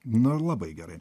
nair labai gerai